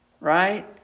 right